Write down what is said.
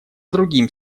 другим